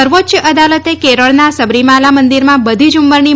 સર્વોચ્ય અદાલતે કેરળના સબરીમાલા મંદીરમાં બધી જ ઉંમરની